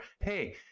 Hey